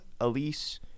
Elise